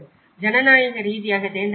ஜனநாயக ரீதியாக தேர்ந்தெடுக்கப்பட்டனர்